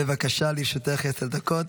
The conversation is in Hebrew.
בבקשה, לרשותך עשר דקות.